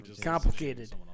complicated